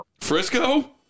Frisco